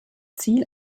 ziel